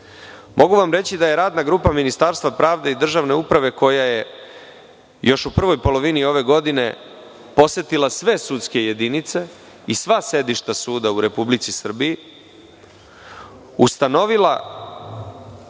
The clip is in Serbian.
Mogu vam reći da je radna grupa Ministarstva pravde i Državne uprave koja je još u prvoj polovini ove godine posetila sve sudske jedinice i sva sedišta suda u Republici Srbiji, ustanovila